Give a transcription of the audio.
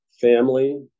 family